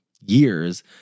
years